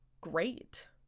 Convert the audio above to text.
great